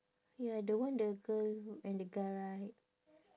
ya the one the girl and the guy right